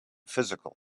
physical